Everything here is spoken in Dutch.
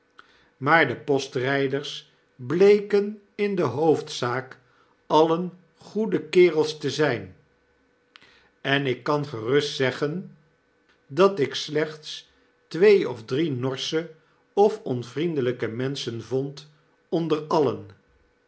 maar depostrydersbleken in de hoofdzaak alien goede kerels te zyn en ik kan gerust zeggen dat ik slechts twee of drie norscne of onvnendelyke menschen vondonder alien